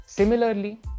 Similarly